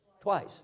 twice